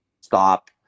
stop